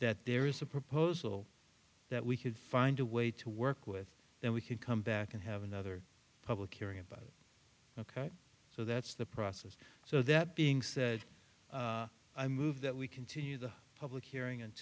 that there is a proposal that we could find a way to work with then we could come back and have another public hearing about ok so that's the process so that being said i move that we continue the public hearing and